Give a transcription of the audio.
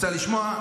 רוצה לשמוע?